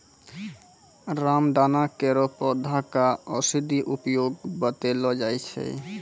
रामदाना केरो पौधा क औषधीय उपयोग बतैलो जाय छै